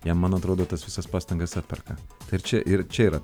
jam man atrodo tas visas pastangas atperka ir čia ir čia yra